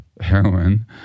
heroin